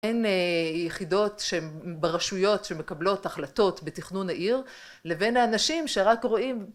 אין יחידות שברשויות שמקבלות החלטות בתכנון העיר לבין האנשים שרק רואים...